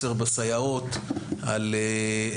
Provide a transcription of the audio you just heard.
על חוסר בסייעות,